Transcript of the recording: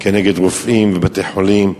כנגד רופאים ובתי-חולים.